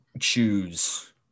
choose